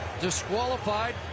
Disqualified